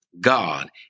God